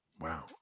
Wow